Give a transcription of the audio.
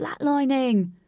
flatlining